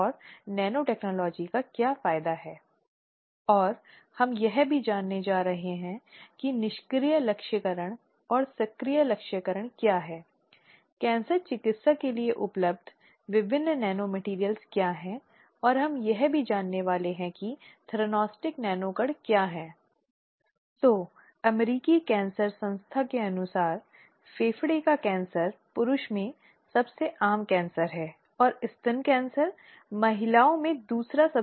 पिछले व्याख्यान में हमने यौन उत्पीड़न की अवधारणा के संदर्भ को समझने की कोशिश की भारत में यौन उत्पीड़न के संबंध में विकास और इस संबंध में पीड़ित की भूमिका क्या हो सकती है उसे अपने अधिकार के लिए कैसे खड़ा होना है और यह सुनिश्चित करना है यदि वह कार्यस्थल पर यौन उत्पीड़न के किसी भी रूप में है तो उचित कार्रवाई की जाती है